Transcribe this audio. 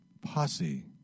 posse